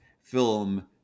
film